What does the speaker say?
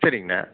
சரிங்கண்ணா